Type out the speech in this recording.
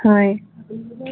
হয়